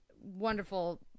wonderful